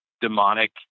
demonic